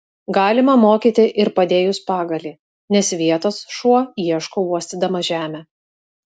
galima mokyti ir padėjus pagalį nes vietos šuo ieško uostydamas žemę